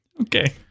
okay